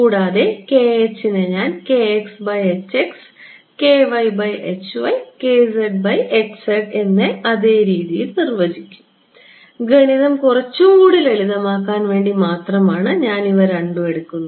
കൂടാതെ നെ ഞാൻ എന്ന അതേ രീതിയിൽ നിർവ്വചിക്കും ഗണിതം കുറച്ചുകൂടി ലളിതമാക്കാൻ വേണ്ടി മാത്രമാണ് ഞാൻ ഇവ രണ്ടും എടുക്കുന്നത്